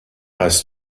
hast